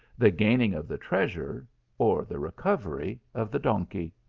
the gaining of the treasure or the recovery of the donkey.